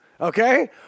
okay